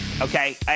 Okay